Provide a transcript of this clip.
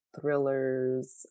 thrillers